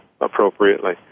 appropriately